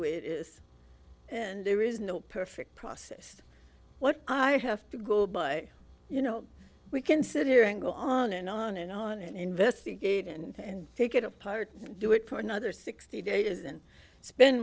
way it is and there is no perfect process what i have to go by you know we can sit here and go on and on and on and investigate and take it apart do it for another sixty day isn't spend